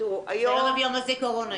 היום ערב יום הזיכרון.